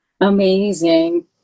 Amazing